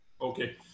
Okay